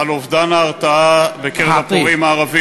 על אובדן ההרתעה בקרב הפורעים הערבים